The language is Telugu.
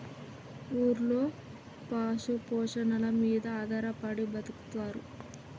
ఊర్లలో పశు పోషణల మీద ఆధారపడి బతుకుతారు